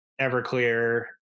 Everclear